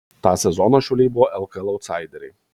tą sezoną šiauliai buvo lkl autsaideriai